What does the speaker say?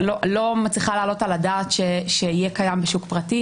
לא מצליחה להעלות על הדעת שיהיה קיים בשוק פרטי.